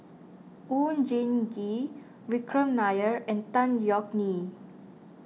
Oon Jin Gee Vikram Nair and Tan Yeok Nee